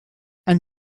and